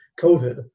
COVID